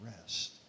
rest